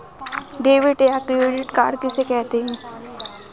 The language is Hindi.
डेबिट या क्रेडिट कार्ड किसे कहते हैं?